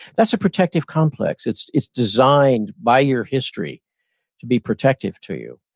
that's a protective complex, it's it's designed by your history to be protective to you.